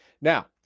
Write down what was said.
now